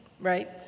right